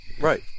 Right